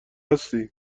هستی